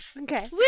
okay